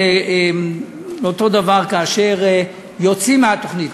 ואותו הדבר כאשר יוצאים מהתוכנית,